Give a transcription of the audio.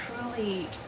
truly